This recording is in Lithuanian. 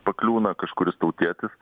pakliūna kažkuris tautietis